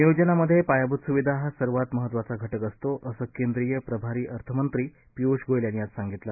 नियोजनामध्ये पायाभूत सुविधा हा सर्वात महत्वाचा घटक असतो असं केंद्रीय प्रभारी अर्थमंत्री पियूष गोयल यांनी आज सांगितलं